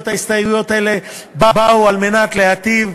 ההסתייגויות האלה באו על מנת להיטיב